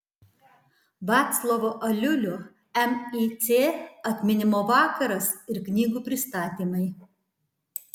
vaclovo aliulio mic atminimo vakaras ir knygų pristatymai